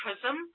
prism